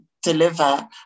Deliver